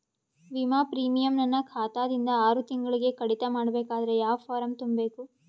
ವಿಮಾ ಪ್ರೀಮಿಯಂ ನನ್ನ ಖಾತಾ ದಿಂದ ಆರು ತಿಂಗಳಗೆ ಕಡಿತ ಮಾಡಬೇಕಾದರೆ ಯಾವ ಫಾರಂ ತುಂಬಬೇಕು?